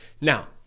Now